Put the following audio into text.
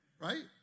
Right